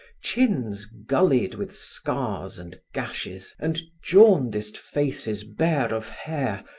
chins gullied with scars and gashes, and jaundiced faces bare of hair,